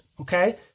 okay